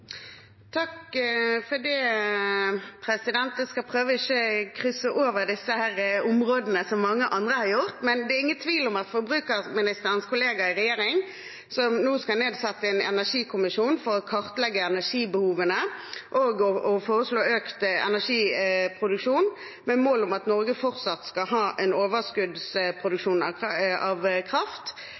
Takk for det. Jeg skal prøve ikke å krysse over i andre områder, slik mange andre har gjort, men det er ingen tvil om at forbrukerministerens kollega i regjering som nå skal nedsette en energikommisjon for å kartlegge energibehovene og foreslå økt energiproduksjon, med mål om at Norge fortsatt skal ha en overskuddsproduksjon av kraft,